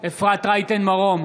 אפרת רייטן מרום,